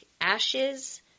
ashes